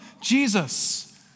Jesus